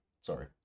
sorry